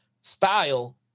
style